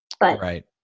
Right